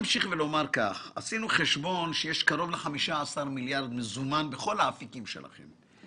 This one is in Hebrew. עשינו חשבון שיש קרוב ל-15 מיליארד מזומן בכל האפיקים שלכם.